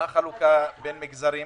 מה החלוקה בין המגזרים?